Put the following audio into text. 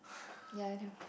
ya I know